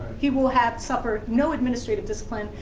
he will have suffered no administrative discipline.